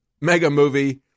mega-movie